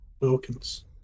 Wilkins